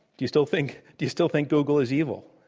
do you still think do you still think google is evil?